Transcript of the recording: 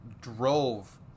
drove